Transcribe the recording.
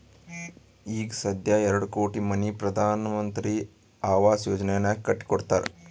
ಈಗ ಸಧ್ಯಾ ಎರಡು ಕೋಟಿ ಮನಿ ಪ್ರಧಾನ್ ಮಂತ್ರಿ ಆವಾಸ್ ಯೋಜನೆನಾಗ್ ಕಟ್ಟಿ ಕೊಟ್ಟಾರ್